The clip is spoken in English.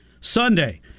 Sunday